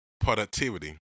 productivity